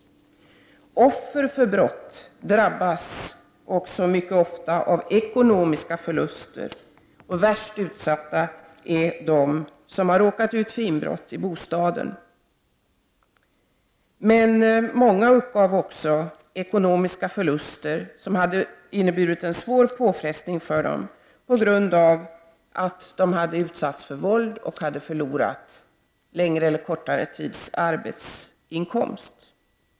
Offer för brott drabbas även mycket ofta av ekonomiska förluster, värst utsatta är de som råkat ut för inbrott i bostaden. Många uppgav också att den ekonomiska förlusten hade inneburit en svårt påfrestning på grund av att de hade utsatts för våld och förlorat längre eller kortare tids arbetsinkomst.